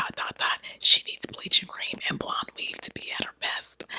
dot, dot, dot. she needs bleaching cream and blonde weave to be at her best?